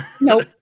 Nope